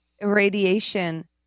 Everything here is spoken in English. irradiation